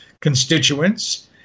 constituents